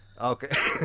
Okay